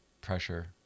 pressure